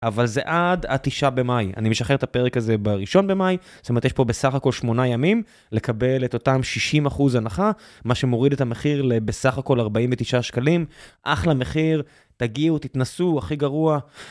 אבל זה עד התשעה במאי, אני משחרר את הפרק הזה בראשון במאי, זאת אומרת יש פה בסך הכל שמונה ימים לקבל את אותם 60% הנחה, מה שמוריד את המחיר לבסך הכל 49 שקלים. אחלה מחיר, תגיעו, תתנסו, הכי גרוע.